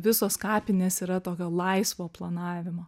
visos kapinės yra tokio laisvo planavimo